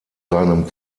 seinem